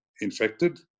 infected